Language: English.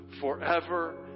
forever